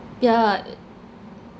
yeah uh